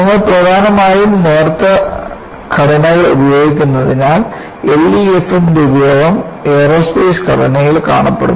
നിങ്ങൾ പ്രധാനമായും നേർത്ത ഘടനകൾ ഉപയോഗിക്കുന്നതിനാൽ LEFM ന്റെ ഉപയോഗം എയ്റോസ്പേസ് ഘടനയിൽ കാണപ്പെടുന്നു